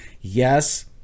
yes